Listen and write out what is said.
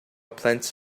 plants